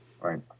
Right